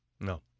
No